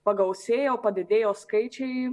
pagausėjo padidėjo skaičiai